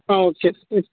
okay